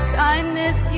kindness